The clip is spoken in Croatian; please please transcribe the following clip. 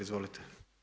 Izvolite.